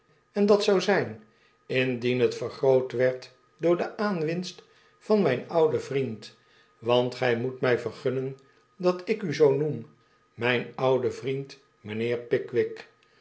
en dat zou zijn indien het vergroot werd door de aanwinst van myn ouden vriend want gy moet my vergunnen dat ik u zoo noem myn ouden vriend mjjnheer pickwick